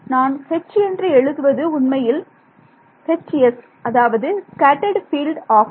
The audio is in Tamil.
நான் H என்று எழுதுவது உண்மையில் அதாவது ஸ்கேட்டர்ட் பீல்டு ஆகும்